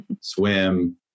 swim